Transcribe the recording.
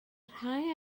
rhai